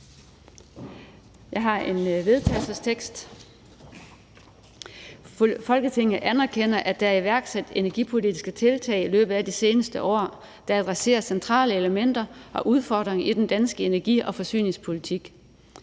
Forslag til vedtagelse »Folketinget anerkender, at der er iværksat energipolitiske tiltag i løbet af det seneste år, der adresserer centrale elementer og udfordringer i den danske energi- og forsyningspolitik.